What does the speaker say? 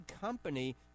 company